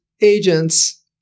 agents